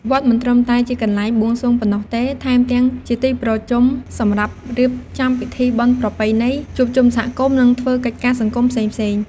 វត្តមិនត្រឹមតែជាកន្លែងបួងសួងប៉ុណ្ណោះទេ ថែមទាំងជាទីប្រជុំសម្រាប់រៀបចំពិធីបុណ្យប្រពៃណី ជួបជុំសហគមន៍ និងធ្វើកិច្ចការសង្គមផ្សេងៗ។